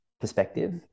perspective